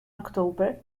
october